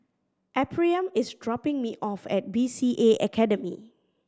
Ephriam is dropping me off at B C A Academy